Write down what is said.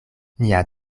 nia